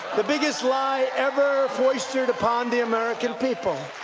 the biggest lie ever foistered upon the american people.